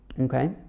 Okay